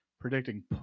predicting